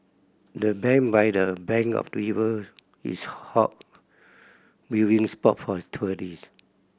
the bench by the bank of the river is hot viewing spot for tourist